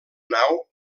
nau